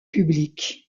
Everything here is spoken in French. publics